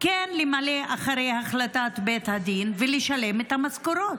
כן למלא אחרי החלטת בית הדין ולשלם את המשכורות?